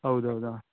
ಹೌದು ಹೌದು ಹಾಂ